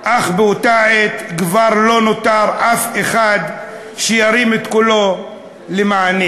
אך באותה עת כבר לא נותר אף אחד שירים את קולו למעני".